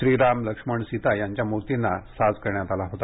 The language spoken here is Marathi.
श्रीराम लक्ष्मण सीता यांच्या मूर्तींना साज करण्यात आला होता